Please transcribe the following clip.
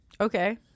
okay